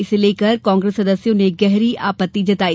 इसे लेकर कांग्रेस सदस्यों ने गहरी आपत्ति जताई